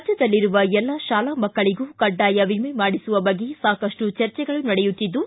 ರಾಜ್ಞದಲ್ಲಿರುವ ಎಲ್ಲ ಶಾಲಾ ಮಕ್ಕಳಗೂ ಕಡ್ಡಾಯ ವಿಮೆ ಮಾಡಿಸುವ ಬಗ್ಗೆ ಸಾಕಷ್ಟು ಚರ್ಚೆಗಳು ನಡೆಯುತ್ತಿದ್ದು